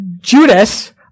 Judas